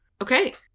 Okay